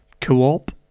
co-op